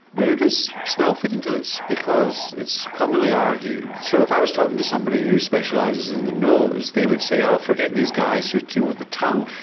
where does smell fit into this because it's commonly argued, so if i was talking to somebody who specialises in the nose, they would say oh forget these guys who deal with the tongue,